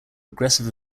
aggressive